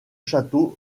châteaux